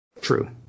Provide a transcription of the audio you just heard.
true